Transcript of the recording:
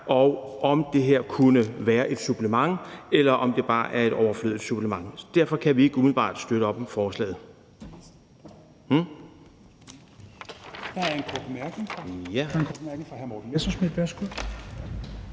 og om det her kunne være et supplement, eller om det bare er overflødigt. Derfor kan vi ikke umiddelbart støtte op om forslaget.